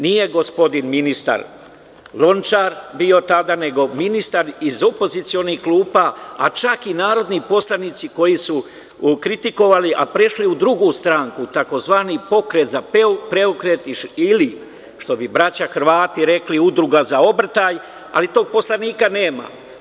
Nije gospodin ministar Lončar bio tada, nego ministar iz opozicionih klupa, a čak i narodni poslanici koji su kritikovali, a prešli u drugu stranku, tzv. Pokret za PREOKRET, ili što bi braća Hrvati rekli „udruga za obrtaj“, ali tog poslanika nema.